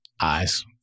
Eyes